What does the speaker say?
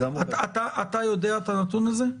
אתה יודע את הנתון הזה?